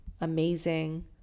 amazing